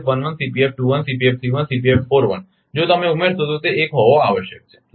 5 બરાબર છે કોલમ મુજબ જો તમે ઉમેરશો તો તે 1 હોવો આવશ્યક છે